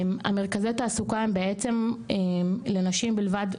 מרכזי התעסוקה הם בעצם לנשים בלבד,